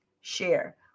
share